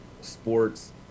sports